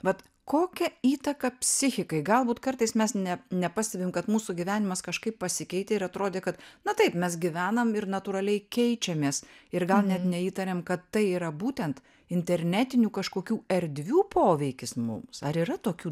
vat kokią įtaką psichikai galbūt kartais mes ne nepastebim kad mūsų gyvenimas kažkaip pasikeitė ir atrodė kad na taip mes gyvenam ir natūraliai keičiamės ir gal net neįtarėm kad tai yra būtent internetinių kažkokių erdvių poveikis mums ar yra tokių